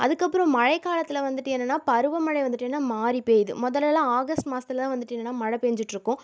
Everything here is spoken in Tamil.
அதுக்கப்பறம் மழை காலத்தில் வந்துவிட்டு என்னன்னா பருவமழை வந்துவிட்டு என்னன்னா மாறி பெய்யுது முதல்லலாம் ஆகஸ்ட் மாதத்துல தான் வந்துவிட்டு என்னன்னா மழைபேஞ்சிட்ருக்கும்